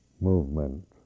movement